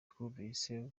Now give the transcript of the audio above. twumvise